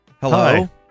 hello